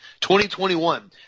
2021